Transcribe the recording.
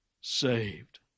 saved